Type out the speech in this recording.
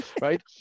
right